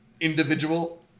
individual